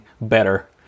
better